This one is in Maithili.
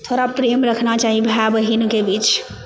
थोड़ा प्रेम रखबाक चाही भाइ बहिन के बिच